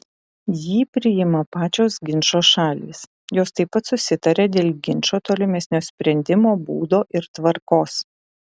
jį priima pačios ginčo šalys jos taip pat susitaria dėl ginčo tolimesnio sprendimo būdo ir tvarkos